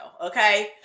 Okay